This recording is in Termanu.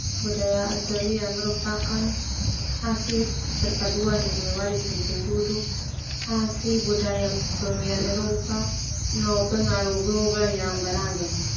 Budaya Australia merupakan hasil perpaduan neme warisan penduduk asli, budaya kolonial Eropa no pengaruh global yang beragam.